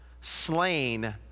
slain